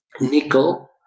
Nickel